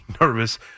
nervous